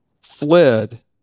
fled